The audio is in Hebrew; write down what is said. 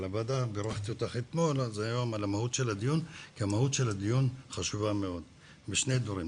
כי המהות של הדיון חשובה מאוד בשני דברים,